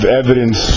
evidence